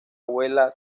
abuela